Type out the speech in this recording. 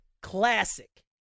classic